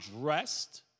dressed